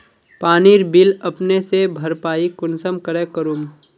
पानीर बिल अपने से भरपाई कुंसम करे करूम?